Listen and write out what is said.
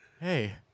Hey